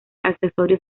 accesorios